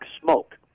smoke